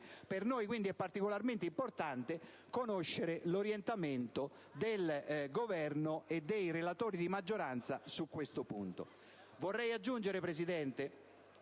Per noi, quindi, è particolarmente importante conoscere l'orientamento del Governo e dei di relatori di maggioranza su questo punto.